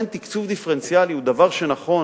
לכן תקצוב דיפרנציאלי הוא דבר נכון